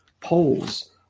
polls